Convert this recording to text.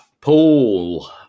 Paul